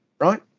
right